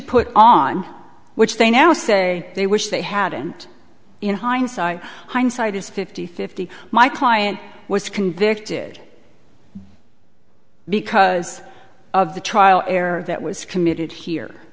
put on which they now say they wish they hadn't in hindsight hindsight is fifty fifty my client was convicted because of the trial error that was committed here